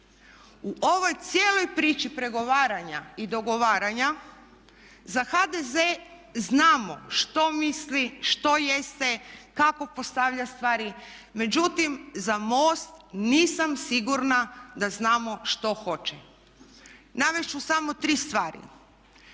U ovoj cijeloj priči pregovaranja i dogovaranja za HDZ znamo što misli, što jeste, kako postavlja stvari, međutim za MOST nisam sigurna da znamo što hoće. Navesti ću samo tri stvari.